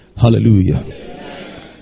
Hallelujah